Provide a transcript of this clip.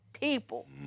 people